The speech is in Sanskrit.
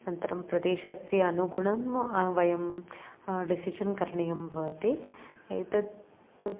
अनन्तरं प्रदेशस्य अनुगुणं वयं डिसिशन् करणीयं भवति एतत्तु